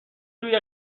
روی